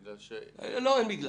בגלל ש --- לא, אין "בגלל".